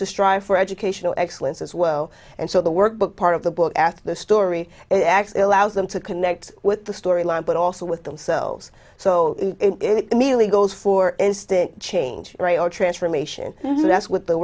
to strive for educational excellence as well and so the workbook part of the book after the story actually allows them to connect with the story line but also with themselves so it immediately goes for instinct change or transformation ness with the